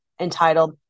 entitled